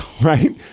Right